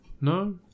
No